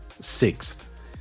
sixth